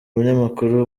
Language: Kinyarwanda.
umunyamakuru